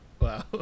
Wow